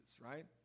right